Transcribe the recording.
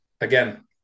Again